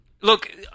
Look